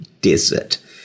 desert